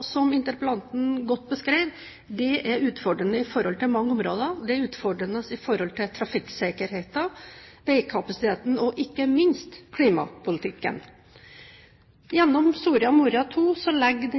Som interpellanten beskrev godt: Dette er utfordrende med tanke på mange områder – trafikksikkerheten, veikapasiteten og ikke minst klimapolitikken. Gjennom Soria Moria II legger